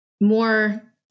more